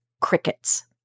Crickets